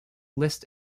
list